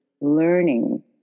learning